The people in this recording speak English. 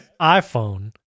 iPhone